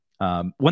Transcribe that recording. One